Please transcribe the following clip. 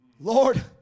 Lord